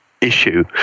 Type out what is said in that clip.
issue